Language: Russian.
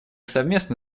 совместно